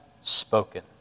spoken